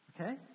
Okay